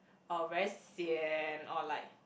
or very sian or like